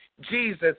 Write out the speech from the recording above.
Jesus